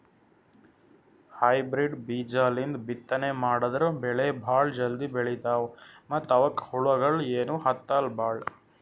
hybrid ಬೀಜಾಲಿಂದ ಬಿತ್ತನೆ ಮಾಡದ್ರ್ ಬೆಳಿ ಭಾಳ್ ಜಲ್ದಿ ಬೆಳೀತಾವ ಮತ್ತ್ ಅವಕ್ಕ್ ಹುಳಗಿಳ ಏನೂ ಹತ್ತಲ್ ಭಾಳ್